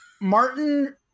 Martin